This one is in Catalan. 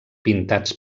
pintats